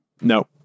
No